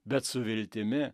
bet su viltimi